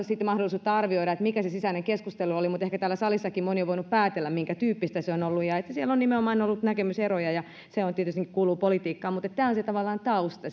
sitä mahdollisuutta arvioida mikä se sisäinen keskustelu oli mutta ehkä täällä salissakin moni on voinut päätellä minkätyyppistä se on ollut ja että siellä on nimenomaan ollut näkemyseroja ja se tietysti kuuluu politiikkaan mutta tämä on tavallaan se tausta